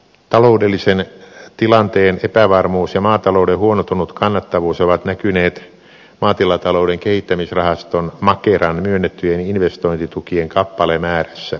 taloudellisen tilanteen epävarmuus ja maatalouden huonontunut kannattavuus ovat näkyneet maatilatalouden kehittämisrahasto makeran myönnettyjen investointitukien kappalemäärässä